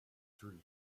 three